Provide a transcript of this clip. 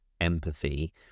empathy